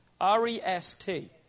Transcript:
R-E-S-T